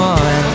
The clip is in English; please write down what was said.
on